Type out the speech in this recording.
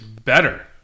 better